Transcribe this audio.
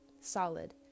solid